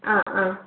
ആ ആ